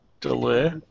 Delay